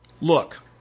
Look